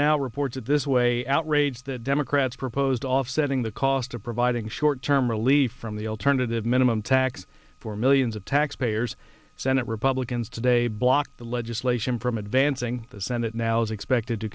now reported this way outrage that democrats proposed offsetting the cost of providing short term relief from the alternative minimum tax for millions of taxpayers senate republicans today blocked the legislation from advancing the senate now is expected to